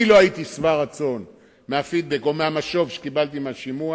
אני לא הייתי שבע רצון מהפידבק או מהמשוב שקיבלתי מהשימוע.